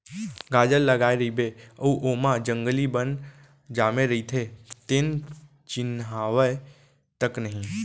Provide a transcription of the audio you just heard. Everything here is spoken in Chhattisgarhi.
गाजर लगाए रइबे अउ ओमा जंगली बन जामे रइथे तेन चिन्हावय तक नई